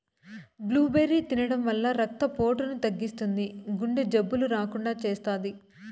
blueberry తినడం వల్ల రక్త పోటును తగ్గిస్తుంది, గుండె జబ్బులు రాకుండా చేస్తాది